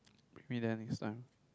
bring me there next time